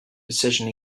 decision